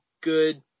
good